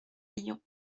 lyon